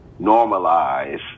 normalize